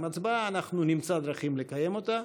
ההצבעה, אנחנו נמצא דרכים לקיים אותה,